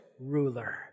ruler